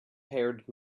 haired